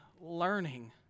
learning